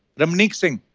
ramnik singh?